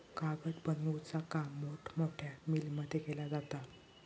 कागद बनवुचा काम मोठमोठ्या मिलमध्ये केला जाता